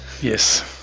Yes